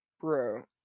Bro